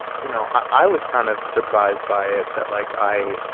you know, i was kind of surprised by it that, like, i